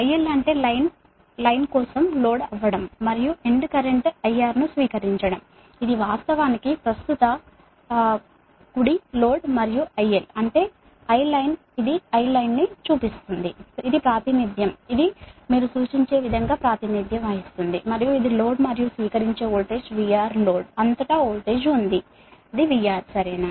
IL అంటే line కోసం load అవ్వడం మరియు ఎండ్ కరెంట్ IR ను స్వీకరించడం ఇది వాస్తవానికి ప్రస్తుత లోడ్ మరియుIL అంటే I లైన్ ఇది లైన్ అని సూచిస్తుంది ఇది మీరు సూచించే విధంగా ప్రాతినిధ్యం మరియు ఇది లోడ్ మరియు స్వీకరించే వోల్టేజ్ VR లోడ్ అంతటా వోల్టేజ్ ఉంది VR సరేనా